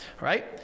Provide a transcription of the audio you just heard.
Right